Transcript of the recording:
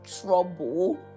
trouble